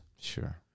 Sure